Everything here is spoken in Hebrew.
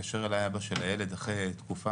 התקשר אליי האבא של הילד אחרי תקופה,